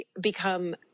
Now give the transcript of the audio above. become